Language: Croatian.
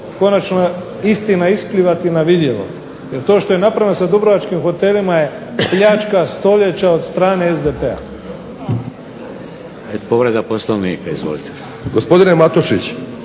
konačna istina isplivati na vidjelo. Jer to što je napravljeno sa dubrovačkim hotelima je pljačka stoljeća od strane SDP-a.